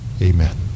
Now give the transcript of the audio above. Amen